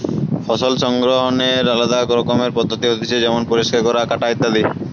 ফসল সংগ্রহনের আলদা রকমের পদ্ধতি হতিছে যেমন পরিষ্কার করা, কাটা ইত্যাদি